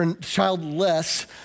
childless